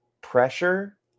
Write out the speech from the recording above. pressure